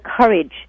courage